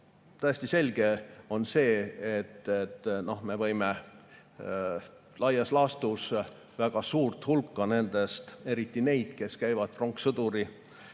täiesti selge on see, et me võime laias laastus väga suurt hulka nendest, eriti neid, kes käivad pronkssõduri